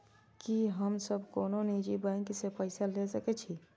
की हम सब कोनो निजी बैंक से पैसा ले सके छी?